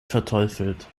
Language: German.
verteufelt